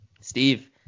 Steve